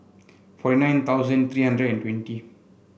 forty nine thousand three hundred and twenty